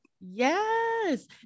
Yes